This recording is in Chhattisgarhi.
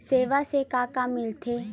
सेवा से का का मिलथे?